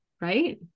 right